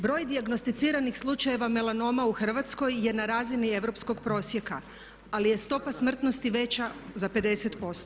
Broj dijagnosticiranih slučajeva melanoma u Hrvatskoj je na razini europskog prosjeka ali je stopa smrtnosti veća za 50%